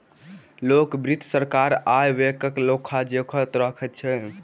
लोक वित्त सरकारक आय व्ययक लेखा जोखा रखैत अछि